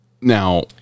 Now